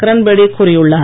கிரண்பேடி கூறியுள்ளார்